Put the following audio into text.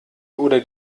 oder